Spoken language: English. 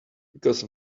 because